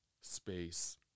space